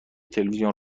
تلویزیون